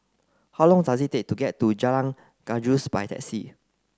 how long does it take to get to Jalan Gajus by taxi